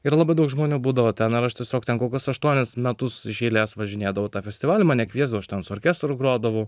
ir labai daug žmonių būdavo ten ir aš tiesiog ten kokius aštuonis metus iš eilės važinėdavau tą festivalį mane kviesdavo aš ten su orkestru grodavo